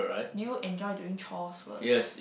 do you enjoy doing chores first